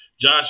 Josh